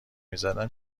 میزدن